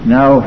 Now